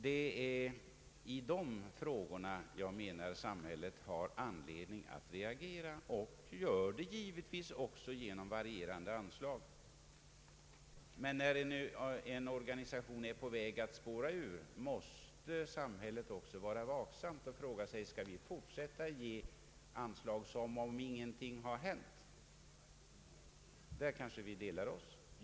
Det är i dessa frågor som jag menar att samhället har anledning att reagera, vilket samhället ju också gör genom varierande anslag till olika organisationer. Men när en organisation är på väg att spåra ur måste samhället vara vaksamt och fråga om det skall fortsätta att ge anslag som om ingenting har hänt. På den punkten har vi kanske delade meningar.